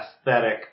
aesthetic